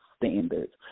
standards